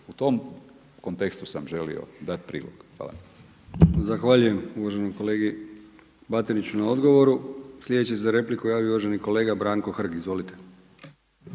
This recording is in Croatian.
U tom kontekstu sam želio dati prilog. Hvala. **Brkić, Milijan (HDZ)** Zahvaljujem uvaženom kolegi Batiniću na odgovoru. Sljedeći se za repliku javio uvaženi kolega Branko Hrg. Izvolite.